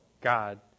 God